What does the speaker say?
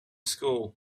school